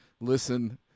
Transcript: listen